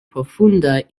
profunda